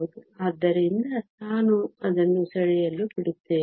ಆದ್ದರಿಂದ ನಾನು ಅದನ್ನು ಸೆಳೆಯಲು ಬಿಡುತ್ತೇನೆ